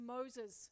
Moses